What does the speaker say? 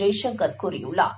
ஜெய்சங்கர் கூறினார்